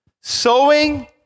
Sowing